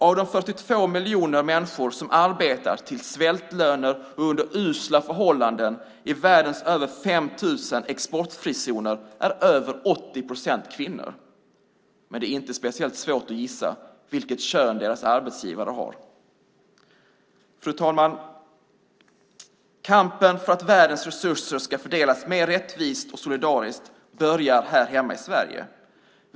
Av de 42 miljoner människor som arbetar till svältlöner och under usla förhållanden i världens över 5 000 exportfrizoner är över 80 procent kvinnor. Det är inte speciellt svårt att gissa vilket kön deras arbetsgivare har. Fru talman! Kampen för att världens resurser ska fördelas mer rättvist och solidariskt börjar här hemma i Sverige.